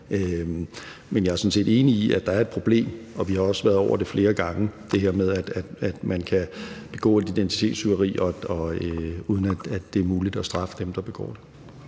men jeg er sådan set enig i, at der er et problem, og vi har også været over det flere gange, altså det her med, at der kan begås identitetstyveri, uden at det er muligt at straffe dem, der begår det.